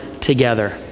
together